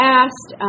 asked